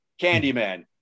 Candyman